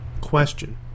Question